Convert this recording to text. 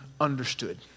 understood